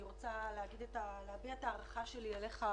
אני רוצה להביע את ההערכה שלי אליך,